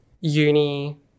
uni